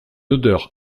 odeur